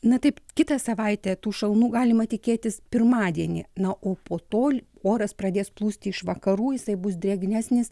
na taip kitą savaitę tų šalnų galima tikėtis pirmadienį na o po to oras pradės plūsti iš vakarų jisai bus drėgnesnis